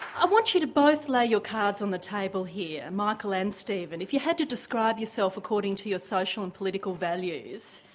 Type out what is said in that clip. i want you to both lay your cards on the table here michael and stephen, if you had to describe yourself according to your social and political values,